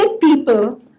people